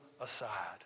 aside